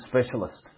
specialist